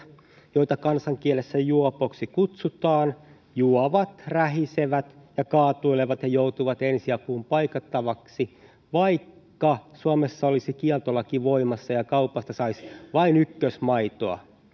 joita kansankielessä juopoiksi kutsutaan juovat rähisevät ja kaatuilevat ja joutuvat ensiapuun paikattavaksi vaikka suomessa olisi kieltolaki voimassa ja kaupasta saisi vain ykkösmaitoa